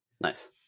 Nice